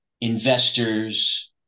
investors